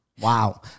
wow